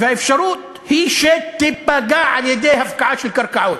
והאפשרות היא שתיפגע על-ידי הפקעה של קרקעות,